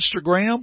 Instagram